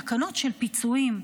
תקנות של פיצויים,